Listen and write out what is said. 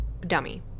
dummy